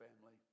family